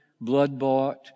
blood-bought